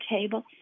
table